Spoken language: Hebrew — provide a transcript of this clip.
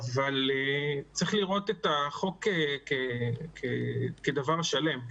אבל צריך לראות את החוק כדבר שלם,